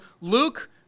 Luke